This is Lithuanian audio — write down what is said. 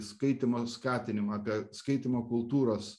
skaitymo skatinimą apie skaitymo kultūros